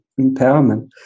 empowerment